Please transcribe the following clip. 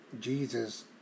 Jesus